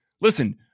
listen